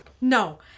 No